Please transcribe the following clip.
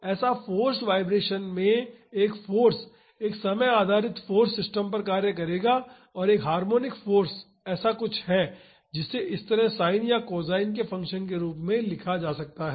ऐसा forced vibration में एक फाॅर्स एक समय आधारित फाॅर्स सिस्टम पर कार्य करेगा और एक हार्मोनिक फाॅर्स ऐसा कुछ है जिसे इस तरह साइन या कोसाइन के फंक्शन के रूप में लिखा जा सकता है